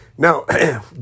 Now